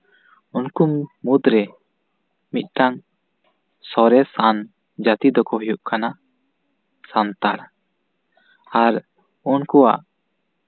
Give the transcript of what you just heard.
ᱩᱱᱠᱩ ᱢᱩᱫᱽᱨᱮ ᱢᱤᱫᱴᱟᱝ ᱥᱚᱨᱮᱥ ᱟᱱ ᱡᱟᱹᱛᱤ ᱫᱚᱠᱚ ᱦᱩᱭᱩᱜ ᱠᱟᱱᱟ ᱥᱟᱱᱛᱟᱲ ᱟᱨ ᱩᱱᱠᱩᱣᱟᱜ